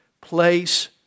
place